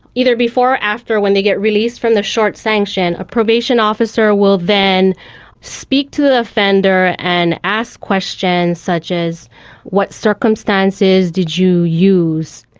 either before or after when they get released from the short sanction, a probation officer will then speak to the offender and ask questions such as what circumstances did you use?